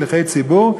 שליחי ציבור,